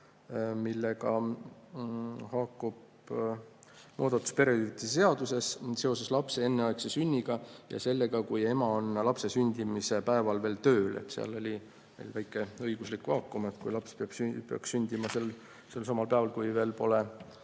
millega haakub muudatus perehüvitiste seaduses seoses lapse enneaegse sünniga ja sellega, kui ema on lapse sündimise päeval veel tööl. Seal oli väike õiguslik vaakum. Kui laps peaks sündima päeval, kui veel pole